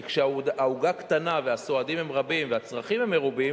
כי כשהעוגה קטנה והסועדים רבים והצרכים מרובים,